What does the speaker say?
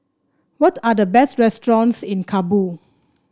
what are the best restaurants in Kabul